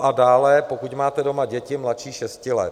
A dále, pokud máte doma děti mladší šesti let.